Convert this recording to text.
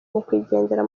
nyakwigendera